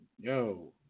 Yo